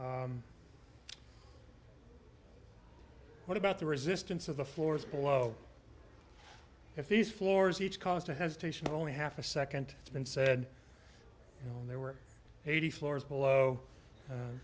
what about the resistance of the floors below if these floors each caused a hesitation only half a second it's been said there were eighty floors below